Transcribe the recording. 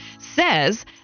says